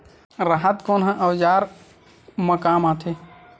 राहत कोन ह औजार मा काम आथे?